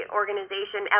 organization